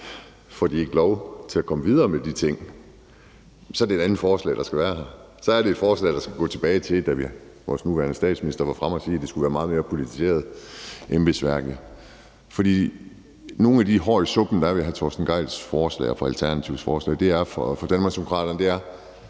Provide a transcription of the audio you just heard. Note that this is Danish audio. at de ikke får lov til at komme videre med de ting. Men så er det et andet forslag, der skal være her. Så er det et forslag, der skal handle om det, vores nuværende statsminister var fremme og sige, nemlig at embedsværket skulle være meget mere politiseret. Nogle af de hår, der er i suppen ved hr. Torsten Gejls forslag og ved Alternativet forslag, er for Danmarksdemokraterne, hvordan